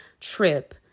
trip